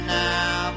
now